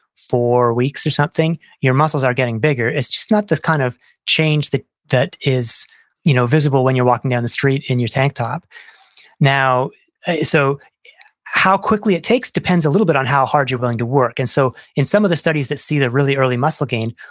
four weeks or something, your muscles are getting bigger. it's just not this kind of change that is you know visible when you're walking down the street in your tank top so how quickly it takes depends a little bit on how hard you're willing to work. and so in some of the studies that see the really early muscle gain,